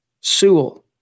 Sewell